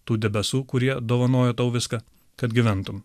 tų debesų kurie dovanojo tau viską kad gyventum